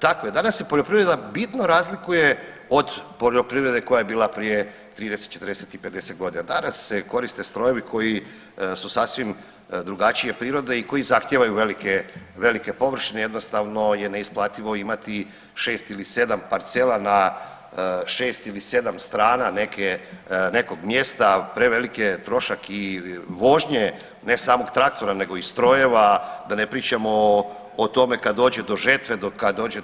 Tako je, danas se poljoprivreda bitno razlikuje od poljoprivrede koja je bila prije 30, 40 i 50.g., danas se koriste strojevi koji su sasvim drugačije prirode i koji zahtijevaju velike, velike površine, jednostavno je neisplativo imati 6 ili 7 parcela na 6 ili 7 strana, neke, nekog mjesta, prevelik je trošak i vožnje ne samog traktora nego i strojeva, da ne pričamo o tome kad dođe do žetve, kad dođe